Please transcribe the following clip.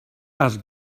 has